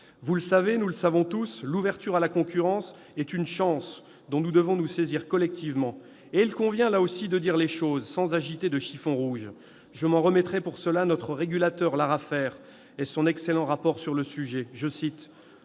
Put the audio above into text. Vous le savez, nous le savons tous, l'ouverture à la concurrence est une chance dont nous devons nous saisir collectivement. Il convient là aussi de dire les choses sans agiter de chiffons rouges. Je m'en remets sur ce point à notre régulateur, l'ARAFER, et à son excellent rapport sur le sujet :«